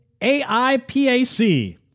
AIPAC